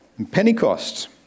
Pentecost